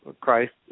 Christ